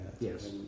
Yes